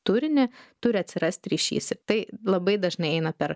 turinį turi atsirasti ryšys ir tai labai dažnai eina per